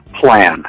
plan